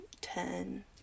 ten